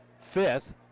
fifth